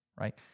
right